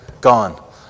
gone